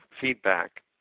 feedback